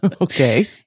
Okay